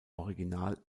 original